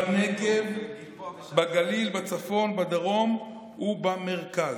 בנגב, בגליל, בצפון, בדרום ובמרכז.